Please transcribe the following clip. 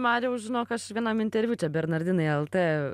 mariau žinok aš vienam interviu bernardinai lt